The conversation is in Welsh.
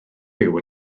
byw